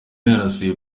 yanasuye